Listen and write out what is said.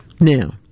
Now